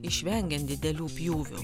išvengiant didelių pjūvių